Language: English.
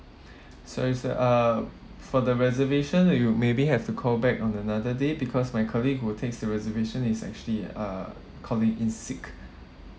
sorry sir uh for the reservation you maybe have to call back on another day because my colleague who takes the reservation is actually uh calling in sick